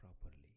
properly